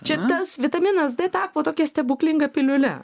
čia tas vitaminas d tapo tokia stebuklinga piliule